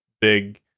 big